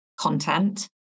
content